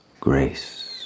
grace